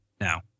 now